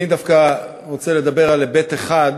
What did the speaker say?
אני דווקא רוצה לדבר על היבט אחד,